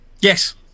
Yes